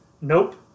nope